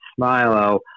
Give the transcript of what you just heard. Smilo